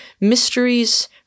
Mysteries